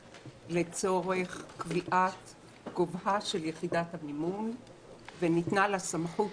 לצורך קביעת גובהה של יחידת המימון וניתנה לה סמכות